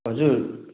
हजुर